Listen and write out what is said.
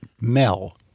Mel